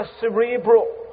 cerebral